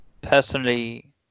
personally